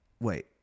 Wait